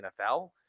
NFL